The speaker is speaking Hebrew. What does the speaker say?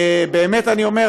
שבאמת אני אומר,